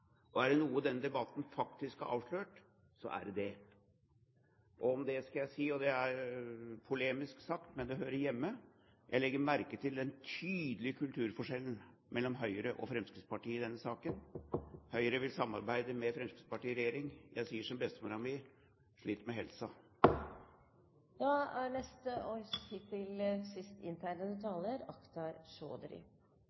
Er det noe denne debatten faktisk har avslørt, så er det det. Om det skal jeg si, og det er polemisk sagt, men det hører hjemme her: Jeg legger merke til den tydelige kulturforskjellen mellom Høyre og Fremskrittspartiet i denne saken. Høyre vil samarbeide med Fremskrittspartiet i regjering. Jeg sier som bestemora mi: Slit det med helsa! Det er